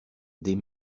des